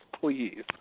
please